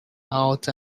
out